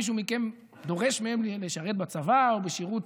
מישהו מכם דורש מהם לשרת בצבא או בשירות?